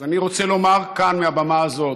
אז אני רוצה לומר כאן, מהבמה הזאת,